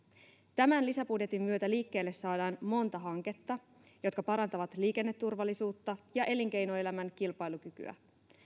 tämän lisäbudjetin myötä liikkeelle saadaan monta hanketta jotka parantavat liikenneturvallisuutta ja elinkeinoelämän kilpailukykyä